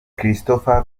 christopher